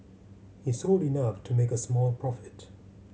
he sold enough to make a small profit